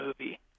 movie